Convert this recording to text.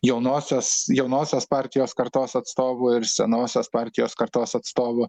jaunosios jaunosios partijos kartos atstovų ir senosios partijos kartos atstovų